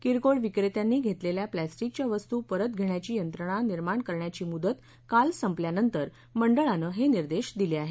किरकोळ विक्रेत्यांनी घेतलेल्या प्लॅस्टिकच्या वस्तू परत घेण्याची यंत्रणा निर्माण करण्याची मुदत काल संपल्यानंतर मंडळानं हे निर्देश दिले आहेत